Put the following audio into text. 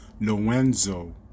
Lorenzo